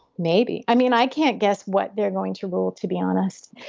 maybe. i mean, i can't guess what they're going to rule. to be honest.